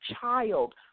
child